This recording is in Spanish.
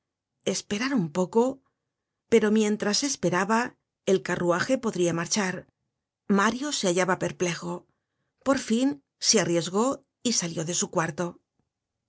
esperar un poco pero mientras esperaba el carruaje podria marchar mario se hallaba perplejo por fin se arriesgó y salió de su cuarto